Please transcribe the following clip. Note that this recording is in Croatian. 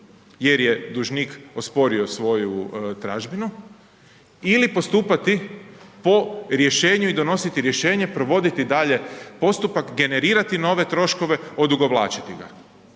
jer je dužnik osporio svoju tražbinu ili postupati po rješenju i donositi rješenje, provoditi dalje postupak, generirati nove troškove, odugovlačiti ga.